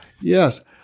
Yes